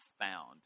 found